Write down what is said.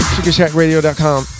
SugarShackRadio.com